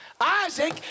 Isaac